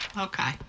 okay